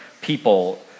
people